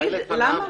אולי לפניו,